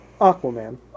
Aquaman